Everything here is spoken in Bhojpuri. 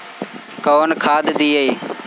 कौन खाद दियई?